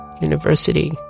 University